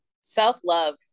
Self-love